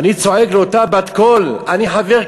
ואני צועק לאותה בת-קול: אני חבר כנסת,